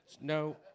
No